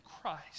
Christ